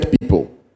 people